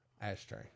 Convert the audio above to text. Ashtray